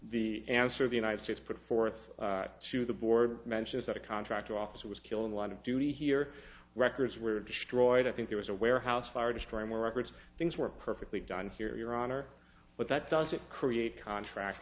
the answer the united states put forth to the board mentions that a contractor officer was killed in line of duty here records were destroyed i think there was a warehouse fire destroying records things were perfectly done here your honor but that doesn't create contract